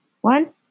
one